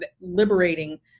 liberating